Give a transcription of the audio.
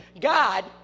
God